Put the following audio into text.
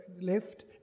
left